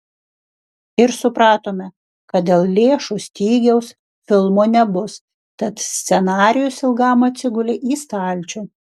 ir supratome kad dėl lėšų stygiaus filmo nebus tad scenarijus ilgam atsigulė į stalčių